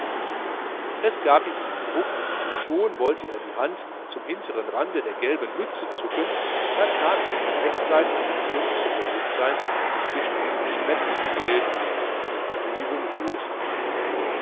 es gab ihm einen ruck und schon wollte die hand zum hinteren rande der gelben mütze zucken da kam ihm noch rechtzeitig die kluft zum bewußtsein die zwischen diesem schmetternden gelb und jenem trüben rot lag